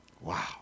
Wow